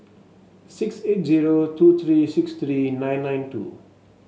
six eight zero two three six three nine nine two